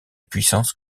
puissance